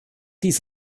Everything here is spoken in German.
dies